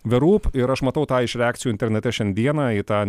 the roop ir aš matau tą iš reakcijų internete šiandieną į tą